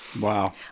Wow